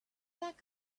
pack